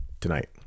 tonight